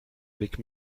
avec